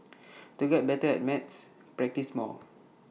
to get better at maths practise more